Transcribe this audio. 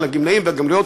של הגמלאים והגמלאיות,